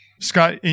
Scott